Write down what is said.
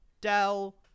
dell